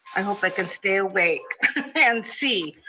i hope i can stay awake and see.